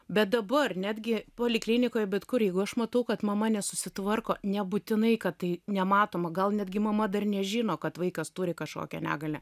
bet dabar netgi poliklinikoj bet kur jeigu aš matau kad mama nesusitvarko nebūtinai kad tai nematoma gal netgi mama dar nežino kad vaikas turi kažkokią negalią